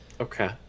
Okay